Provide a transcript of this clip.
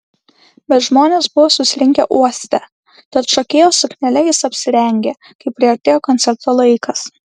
bet žmonės buvo susirinkę uoste tad šokėjos suknele jis apsirengė kai priartėjo koncerto laikas